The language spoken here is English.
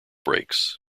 brakes